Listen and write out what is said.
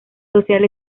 social